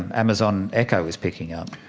amazon echo is picking up?